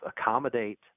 accommodate